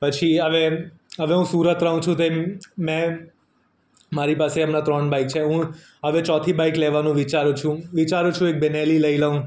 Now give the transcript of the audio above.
પછી હવે હવે હું સુરત રહું છું તે મેં મારી પાસે હમણાં ત્રણ બાઈક છે હું ચોથી બાઈક લેવાનું વિચારું છું વિચારું છું એક બેનેલી લઈ લઉં